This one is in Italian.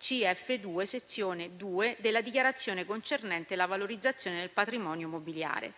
CF2, sezione II, della dichiarazione concernente la valorizzazione del patrimonio mobiliare.